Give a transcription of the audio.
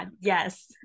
Yes